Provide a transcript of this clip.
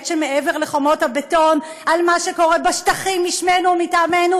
שמעבר לחומות הבטון על מה שקורה בשטחים בשמנו ומטעמנו,